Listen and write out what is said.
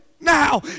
now